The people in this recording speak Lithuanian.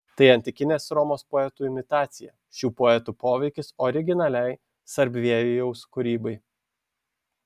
tai antikinės romos poetų imitacija šių poetų poveikis originaliai sarbievijaus kūrybai